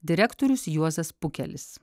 direktorius juozas pukelis